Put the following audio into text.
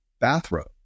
bathrobe